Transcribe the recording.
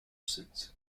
seats